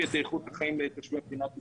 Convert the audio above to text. את איכות החיים של תושבי מדינת ישראל.